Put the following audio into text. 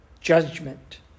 judgment